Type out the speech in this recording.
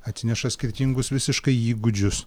atsineša skirtingus visiškai įgūdžius